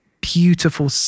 beautiful